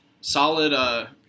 Solid